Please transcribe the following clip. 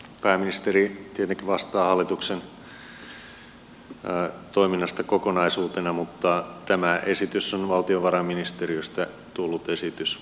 pääministeri tietenkin vastaa hallituksen toiminnasta kokonaisuutena mutta tämä esitys on valtiovarainministeriöstä tullut esitys